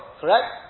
correct